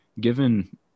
given